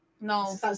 No